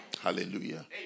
Hallelujah